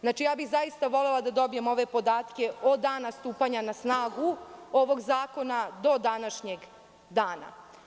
Zaista bih volela da dobijem ove podatke od dana stupanja na snagu ovog zakona do današnjeg dana.